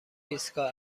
ایستگاه